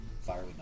fire